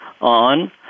on